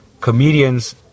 comedians